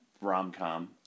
rom-com